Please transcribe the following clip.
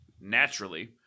naturally